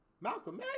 Malcolm